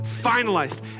finalized